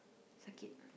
suck it